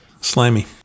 Slimy